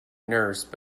nurse